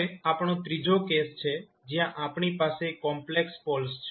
હવે આપણો ત્રીજો કેસ છે જ્યાં આપણી પાસે કોમ્પ્લેક્સ પોલ્સ છે